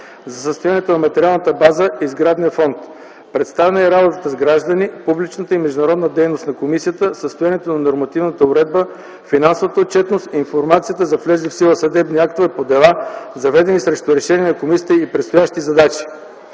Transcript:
за състоянието на материалната база и сградния фонд. Представена е и работата с граждани, публичната и международната дейност на комисията, състоянието на нормативната уредба, финансовата отчетност, информация за влезлите в сила съдебни актове по дела, заведени срещу решения на комисията, и предстоящите задачи.